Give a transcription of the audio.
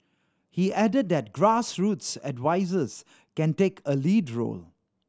he added that grassroots advisers can take a lead role